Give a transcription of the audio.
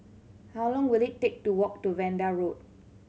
how long will it take to walk to Vanda Road